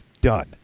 done